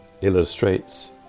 illustrates